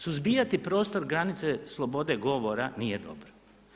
Suzbijati prostor granice slobode govora nije dobro.